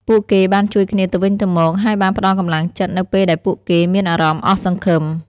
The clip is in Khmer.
ពួកគេបានជួយគ្នាទៅវិញទៅមកហើយបានផ្តល់កម្លាំងចិត្តនៅពេលដែលពួកគេមានអារម្មណ៍អស់សង្ឃឹម។